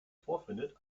vorfindet